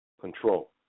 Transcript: control